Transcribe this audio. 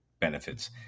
benefits